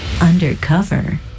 undercover